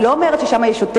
אני לא אומרת ששם יש יותר